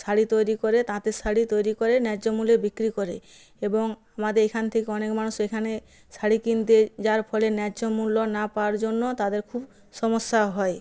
শাড়ি তৈরি করে তাঁতের শাড়ি তৈরি করে ন্যায্য মূল্যে বিক্রি করে এবং আমাদের এখান থেকে অনেক মানুষ সেখানে শাড়ি কিনতে যার ফলে ন্যায্য মূল্য না পাওয়ার জন্য তাদের খুব সমস্যা হয়